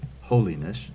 holiness